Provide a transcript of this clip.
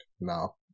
No